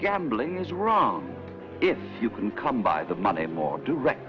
gambling is wrong if you can come by the money more direct